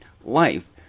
life